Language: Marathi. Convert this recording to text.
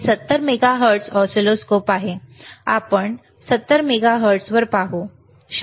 हे 70 मेगाहर्ट्झ ऑसिलोस्कोप आहेत आपण वर 70 मेगाहर्ट्झ पाहू शकता ठीक आहे